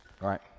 right